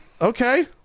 Okay